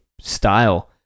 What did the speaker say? style